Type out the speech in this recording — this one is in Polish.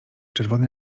czerwony